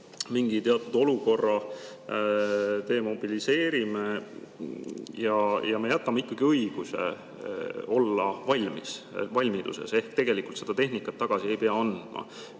mingi teatud olukorra, demobiliseerime ja me jätame ikkagi õiguse olla valmiduses ehk tegelikult seda tehnikat tagasi ei pea andma,